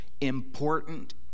important